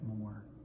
more